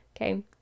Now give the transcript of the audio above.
Okay